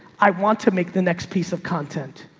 i want to make the next piece of content.